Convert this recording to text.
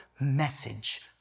message